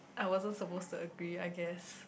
I also supposed to agree I guess